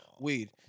Weed